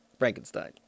Frankenstein